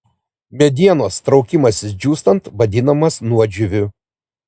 medienos traukimasis džiūstant vadinamas nuodžiūviu